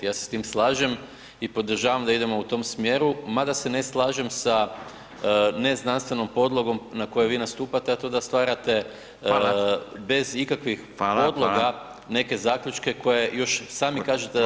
Ja se s tim slažem i podržavam da idemo u tom smjeru, mada se ne slažem sa neznanstvenom podlogom na kojoj vi nastupate, a to da stvarate bez ikakvih [[Upadica: Hvala.]] podloga neke zaključke koje još sami kažete da